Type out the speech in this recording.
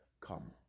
come